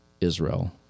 Israel